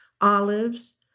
olives